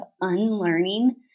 unlearning